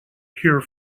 cure